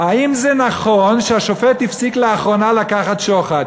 האם זה נכון שהשופט הפסיק לאחרונה לקחת שוחד,